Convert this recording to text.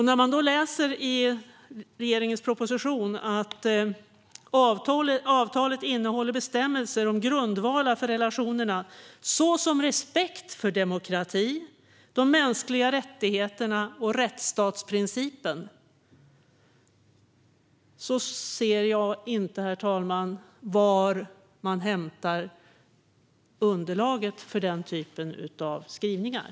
När jag då i regeringens proposition läser att "avtalet innehåller bestämmelser om grundvalar för relationerna såsom respekt för demokrati, de mänskliga rättigheterna och rättsstatsprincipen" ser jag inte, herr talman, var man hämtar underlaget för sådana skrivningar.